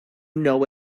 know